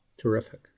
Terrific